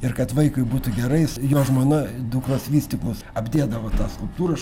ir kad vaikui būtų gerai jis jo žmona dukros vystyklus apdėdavo tą skulptūrą